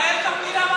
הוא מנהל את המדינה,